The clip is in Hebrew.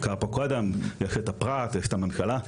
יש את הפרט, יש את הממשלה.